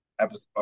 episode